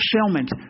fulfillment